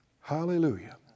Hallelujah